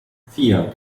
vier